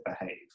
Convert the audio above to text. behave